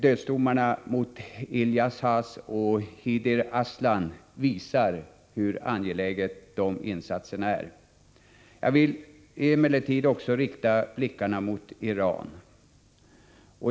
Dödsdomarna mot Ilyas Has och Hidir Aslan visar hur angelägna dessa insatser är. Jag vill emellertid också rikta blickarna mot Iran.